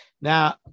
Now